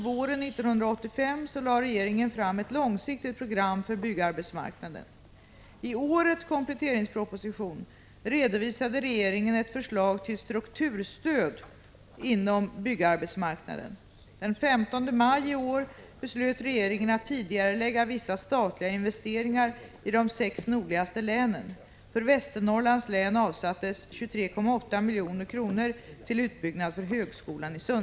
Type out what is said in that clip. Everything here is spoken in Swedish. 1985 85:150, bil. 2) våren 1985 lade regeringen fram ett 29 maj 1986